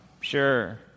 sure